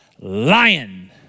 lion